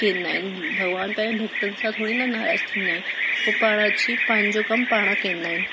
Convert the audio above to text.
कंदा आहिनि भॻिवानु पैंजे भॻतनि सां थोड़ी न नाराज़ु थींदा आहिनि उहे पाण अची पंहिंजो कमु पाण कंदा आहिनि